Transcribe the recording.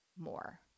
more